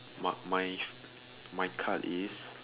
my my my card is